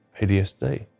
PTSD